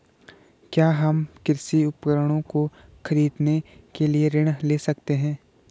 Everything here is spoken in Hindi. क्या हम कृषि उपकरणों को खरीदने के लिए ऋण ले सकते हैं?